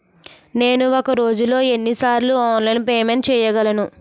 నేను ఒక రోజులో ఎన్ని సార్లు ఆన్లైన్ పేమెంట్ చేయగలను?